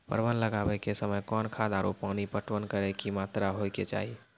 परवल लगाबै के समय कौन खाद आरु पानी पटवन करै के कि मात्रा होय केचाही?